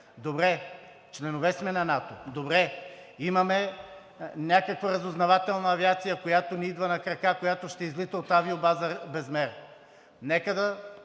Добре, членове сме на НАТО! Добре, имаме някаква разузнавателна авиация, която ни идва на крака, която ще излита от авиобаза Безмер,